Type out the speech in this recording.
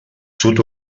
sud